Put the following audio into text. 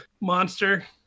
monster